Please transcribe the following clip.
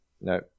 No